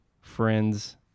friends